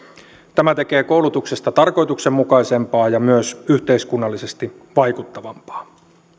tämä tekee koulutuksesta tarkoituksenmukaisempaa ja myös yhteiskunnallisesti vaikuttavampaa